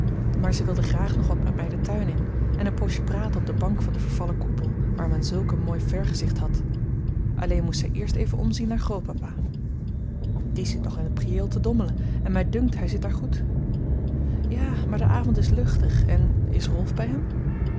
maar zij wilde graag nog wat met mij den tuin in en een poosje praten op de bank van den vervallen koepel waar men zulk een mooi vergezicht had alleen moest zij eerst even omzien naar grootpapa die zit nog in t priëel te dommelen en mij dunkt hij zit daar goed ja maar de avond is luchtig en is rolf bij hem